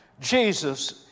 Jesus